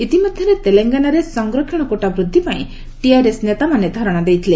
ଇତିମଧ୍ୟରେ ତେଲଙ୍ଗାନାରେ ସଂରକ୍ଷଣ କୋଟା ବୃଦ୍ଧିପାଇଁ ଟିଆର୍ଏସ୍ ନେତାମାନେ ଧାରଣା ଦେଇଥିଲେ